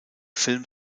film